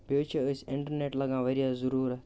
بیٚیہِ حظ چھِ أسۍ اِنٹَرنٮ۪ٹ لگان واریاہ ضٔروٗرت